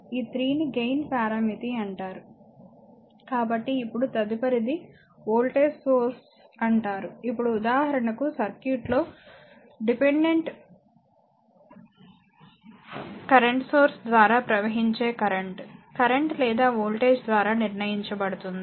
చూడండి స్లయిడ్ సమయం 1556 కాబట్టి ఇప్పుడు తదుపరిది వోల్టేజ్ సోర్స్ అంటారు ఇప్పుడు ఉదాహరణకు సర్క్యూట్ లో డిపెండెంట్ కరెంట్ సోర్స్ ద్వారా ప్రవహించే కరెంట్ కరెంట్ లేదా వోల్టేజ్ ద్వారా నిర్ణయించబడుతుంది